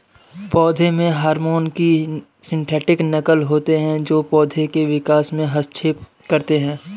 पौधों के हार्मोन की सिंथेटिक नक़ल होते है जो पोधो के विकास में हस्तक्षेप करते है